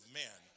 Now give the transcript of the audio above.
men